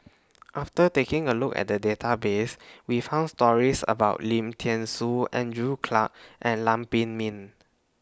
after taking A Look At The Database We found stories about Lim Thean Soo Andrew Clarke and Lam Pin Min